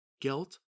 guilt